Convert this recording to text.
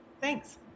Thanks